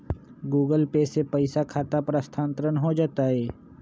Google Pay से पईसा खाता पर स्थानानंतर हो जतई?